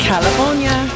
California